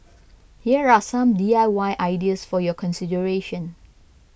here are some D I Y ideas for your consideration